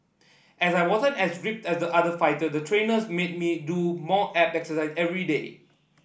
as I wasn't as ripped as the other fighter the trainers made me do more abs exercise everyday